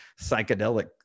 psychedelic